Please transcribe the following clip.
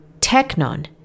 technon